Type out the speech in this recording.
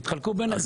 תתחלקו ביניכם.